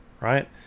right